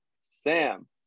Sam